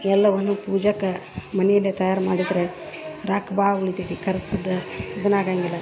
ಎಲ್ಲವನ್ನು ಪೂಜಕ್ಕೆ ಮನೆಯಲ್ಲೆ ತಯಾರು ಮಾಡದರೆ ರೊಕ್ಕ್ ಭಾಳ ಉಳಿತೈತಿ ಖರ್ಚದ ಇದನಾಗಂಗಿಲ್ಲ